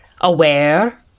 aware